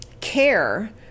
care